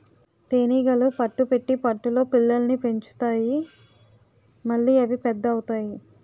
తేనీగలు పట్టు పెట్టి పట్టులో పిల్లల్ని పెంచుతాయి మళ్లీ అవి పెద్ద అవుతాయి